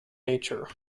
nature